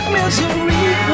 misery